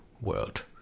world